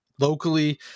locally